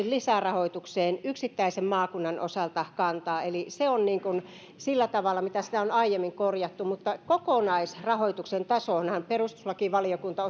lisärahoitukseen yksittäisen maakunnan osalta kantaa eli se on sillä tavalla miten sitä on aiemmin korjattu mutta kokonaisrahoituksen tasoonhan perustuslakivaliokunta